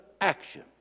action